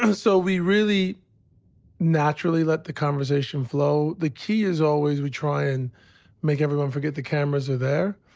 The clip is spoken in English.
um so we really naturally let the conversation flow. the key is always we try and make everyone forget the cameras are there.